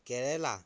কেৰেলা